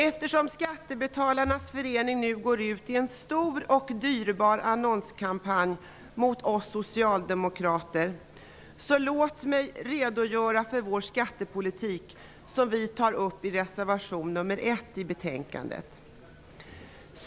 Eftersom Skattebetalarnas förening nu går ut i en stor och dyrbar annonskampanj mot oss socialdemokrater, vill jag redogöra för vår skattepolitik, som vi tar upp i reservation nr 1 till betänkandet.